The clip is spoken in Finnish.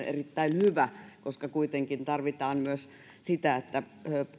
erittäin hyvä koska kuitenkin tarvitaan myös sitä että